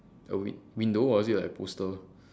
so win~ window or is it like poster